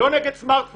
איני נגד סמרטפונים